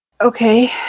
okay